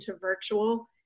virtual